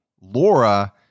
Laura